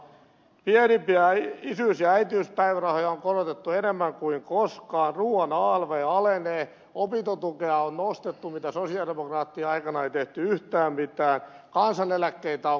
pienimpiä isyys ja äitiyspäivärahoja on korotettu enemmän kuin koskaan ruuan alv alenee opintotukea on nostettu mille sosialidemokraattien aikana ei tehty yhtään mitään kansaneläkkeitä on korotettu